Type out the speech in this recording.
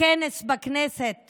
כנס בכנסת